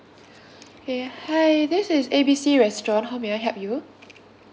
okay hi this is A B C restaurant how may I help you